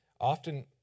Often